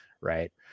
Right